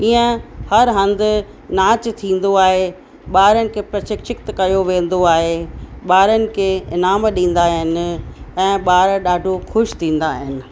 इअं हर हंधु नाच थींदो आहे ॿारनि खे प्रशिक्षित कयो वेंदो आहे ॿारनि खे इनाम ॾींदा आहिनि ऐं ॿार ॾाढो ख़ुशि थींदा आहिनि